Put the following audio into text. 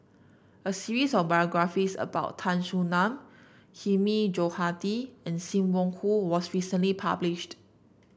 a series of biographies about Tan Soo Nan Hilmi Johandi and Sim Wong Hoo was recently published